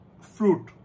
fruit